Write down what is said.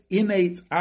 innate